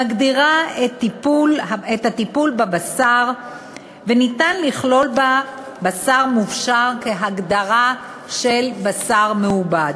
המגדירה את הטיפול בבשר וניתן לכלול בה בשר מופשר כהגדרה של בשר מעובד.